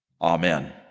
Amen